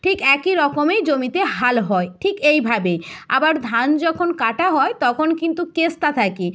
ঠিক একই রকমেই জমিতে হাল হয় ঠিক এইভাবেই আবার ধান যখন কাটা হয় তখন কিন্তু কাস্তে থাকে